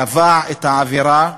קבע את העבירה.